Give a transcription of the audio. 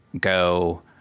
go